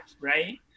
right